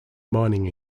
mining